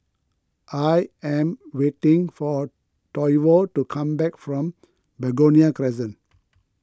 I am waiting for Toivo to come back from Begonia Crescent